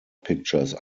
pictures